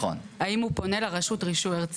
האם הוא פונה לרשות רישוי ארצית?